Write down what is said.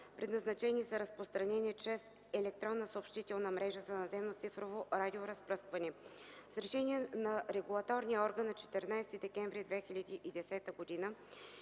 предназначени за разпространение чрез електронна съобщителна мрежа за наземно цифрово радиоразпръскване. С решение на регулаторния орган на 14 декември 2010 г.